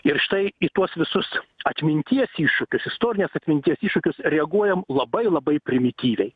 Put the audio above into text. ir štai į tuos visus atminties iššūkius istorinės atminties iššūkius reaguojam labai labai primityviai